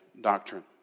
doctrine